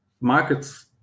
markets